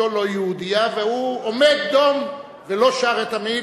ותועבר לוועדת החוץ והביטחון כדי להכינה לקריאה ראשונה.